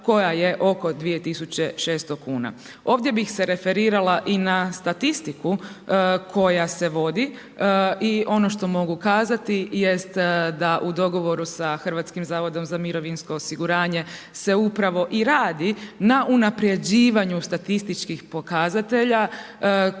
koja je oko 2600 kuna. Ovdje bih se referirala i na statistiku koja se vodi i ono što mogu kazati jest da u dogovoru sa HZMO-om se upravo i radi na unapređivanju statističkih pokazatelja koji